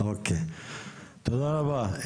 אוקיי, תודה רבה.